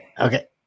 Okay